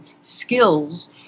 skills